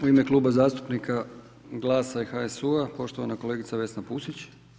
U ime Kluba zastupnika Glasa i HSU-a poštovana kolegica Vesna Pusić.